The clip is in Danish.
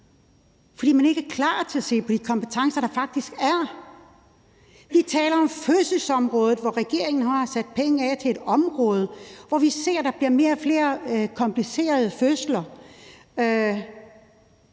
for man er ikke klar til at se på de kompetencer, der faktisk er. Vi taler om fødselsområdet, hvor regeringen har sat penge af til et område, hvor vi ser, at der bliver flere komplicerede fødsler.